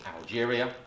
Algeria